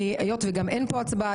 היות שגם אין פה הצבעה,